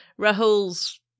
Rahul's